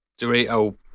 Dorito